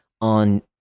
on